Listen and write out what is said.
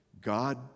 God